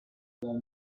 صورت